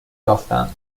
یافتم